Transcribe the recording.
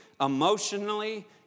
emotionally